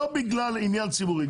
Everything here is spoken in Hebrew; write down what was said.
לא בגלל עניין ציבורי.